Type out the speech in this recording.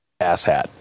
asshat